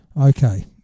Okay